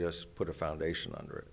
just put a foundation under